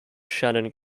shannon